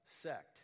sect